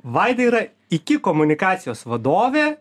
vaida yra iki komunikacijos vadovė